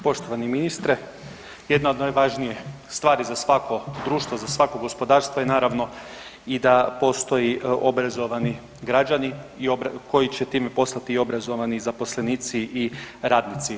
Poštovani ministre, jedna od najvažnijih stvari za svako društvo, za svako gospodarstvo je naravno i da postoji obrazovani građani koji će time postati i obrazovani zaposlenici i radnici.